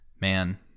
Man